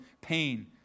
pain